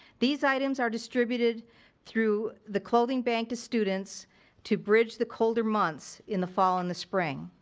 these items are distributed through the clothing bank to students to bridge the colder months in the fall and the spring.